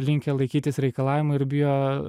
linkę laikytis reikalavimų ir bijo